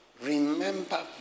remember